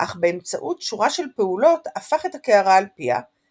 אך באמצעות שורה של פעולות הפך את הקערה על פיה,